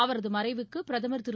அவரதுமறைவுக்குபிரதமர் திரு